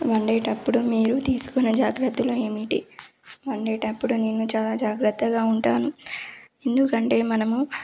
వండేటప్పుడు మీరు తీసుకునే జాగ్రత్తలు ఏమిటి వండేటప్పుడు నేను చాలా జాగ్రత్తగా ఉంటాను ఎందుకంటే మనము